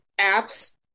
apps